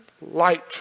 light